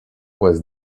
was